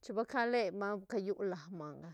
chin ba caleb manga cayu la manga.